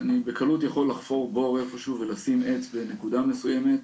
אני בקלות יכול לחפור בור איפשהו ולשים עץ בנקודה מסוימת,